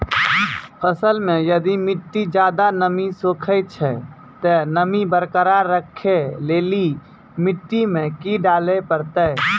फसल मे यदि मिट्टी ज्यादा नमी सोखे छै ते नमी बरकरार रखे लेली मिट्टी मे की डाले परतै?